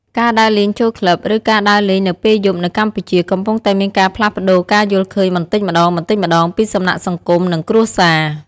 ការដើរលេងចូលក្លឹប ឬការដើរលេងនៅពេលយប់នៅកម្ពុជា កំពុងតែមានការផ្លាស់ប្តូរការយល់ឃើញបន្តិចម្តងៗ ពីសំណាក់សង្គម និងគ្រួសារ។